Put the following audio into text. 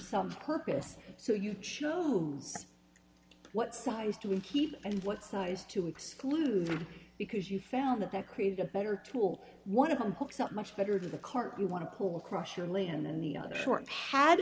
some purpose so you chose what size do we keep and what size to exclude because you found that that created a better tool one of them hooks up much better to the cart you want to call a crusher lay in and the other short had